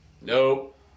Nope